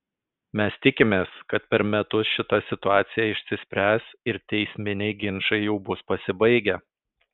mes tikimės kad per metus šita situacija išsispręs ir teisminiai ginčai jau bus pasibaigę